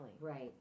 Right